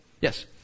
yes